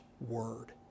word